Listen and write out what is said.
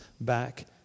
back